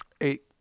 Eight